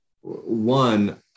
one